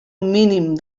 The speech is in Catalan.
mínim